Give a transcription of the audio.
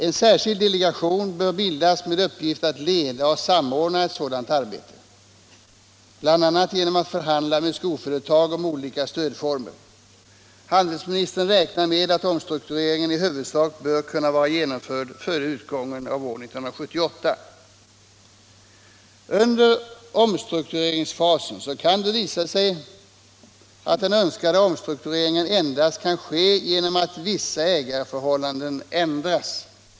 En särskild delegation bör bildas med uppgift att leda och samordna ett sådant arbete, bl.a. genom att förhandla med skoföretag om olika stödformer. Handelsministern räknar med att omstruktureringen i huvudsak bör kunna vara genomförd före utgången av år 1978. Under omstruktureringsfasen kan det visa sig att den önskade omstruktureringen endast kan ske genom att vissa ägarförhållanden ändras.